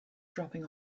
dropping